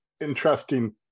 interesting